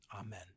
Amen